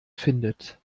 findet